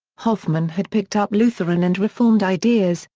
hoffman had picked up lutheran and reformed ideas,